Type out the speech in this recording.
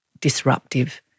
disruptive